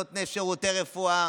נותני שירותי רפואה,